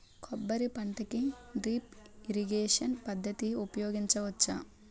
కొబ్బరి పంట కి డ్రిప్ ఇరిగేషన్ పద్ధతి ఉపయగించవచ్చా?